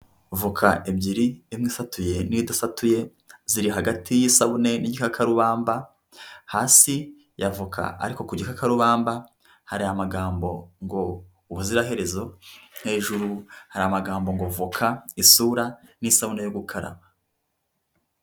Voka ebyiri, imwe isatuye n'idasatuye, ziri hagati y'isabune n'igikakarubamba, hasi ya voka ariko ku gikakarubamba hari amagambo ngo "ubuziraherezo," hejuru hari amagambo ngo "voka isura n'isabune yo gukaraba."